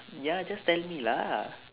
ya just tell me lah